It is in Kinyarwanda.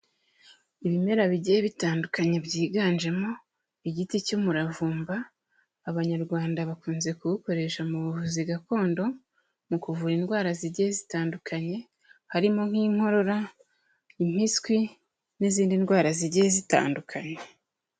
Ibimera bigiye bitandukanye byiganjemo igiti cy'umuravumba, abanyarwanda bakunze kuwukoresha mu buvuzi gakondo, mu kuvura indwara zigiye zitandukanye, harimo nk'inkorora, impiswi n'izindi ndwara zigiye zitandukanye.